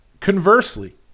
Conversely